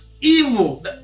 evil